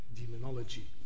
demonology